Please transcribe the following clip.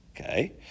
Okay